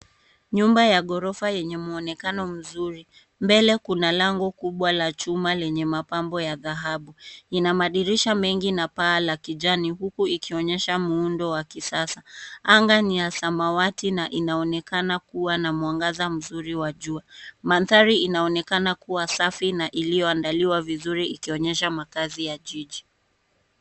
Nyumba ya ghorofa enye mwonekano mzuri. Mbele kuna langu kubwa la chuma lenye mapambo ya dhahabu. Ina madirisha mengi na paa la kijani huku ikionyesha muundo ya kisasa. Anga ni ya samawati na inaonekana kuwa na mwangaza mzuri wa jua. Manthari inaonekana kuwa safi na ilioandaliwa vizuri ikionyesha makaazi ya jiji.